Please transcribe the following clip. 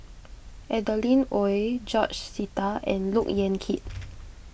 Adeline Ooi George Sita and Look Yan Kit